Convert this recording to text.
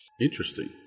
Interesting